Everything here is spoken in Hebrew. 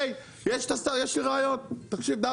היי יש לי רעיון תקשיב דוד.